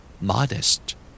Modest